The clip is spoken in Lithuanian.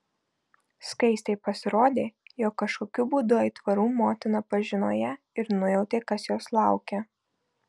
skaistei pasirodė jog kažkokiu būdu aitvarų motina pažino ją ir nujautė kas jos laukia